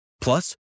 Plus